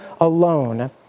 alone